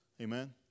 Amen